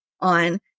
on